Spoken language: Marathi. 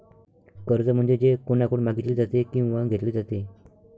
कर्ज म्हणजे जे कोणाकडून मागितले जाते किंवा घेतले जाते